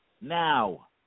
Now